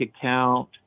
account